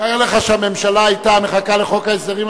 תאר לך שהממשלה היתה מחכה לחוק ההסדרים,